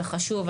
זה חשוב.